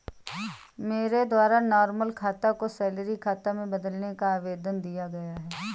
मेरे द्वारा नॉर्मल खाता को सैलरी खाता में बदलने का आवेदन दिया गया